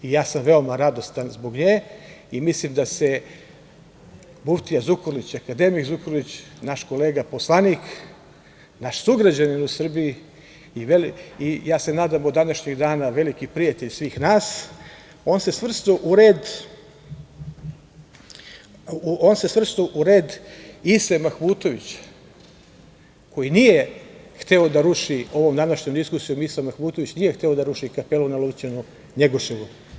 Ja sam veoma radostan zbog nje i mislim da se muftija Zukorlić, akademik Zukorlić, naš kolega poslanik, naš sugrađanin u Srbiji, i ja se nadam od današnjeg dana i veliki prijatelj svih nas, on se svrstao u red Ise Mahmutovića, koji nije hteo da ruši ovom današnjom diskusijom, Isa Mahmutović nije hteo da ruši kapelu na Lovćenu Njegoševu.